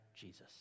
Jesus